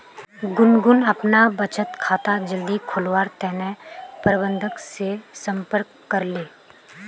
गुनगुन अपना बचत खाता जल्दी खोलवार तने प्रबंधक से संपर्क करले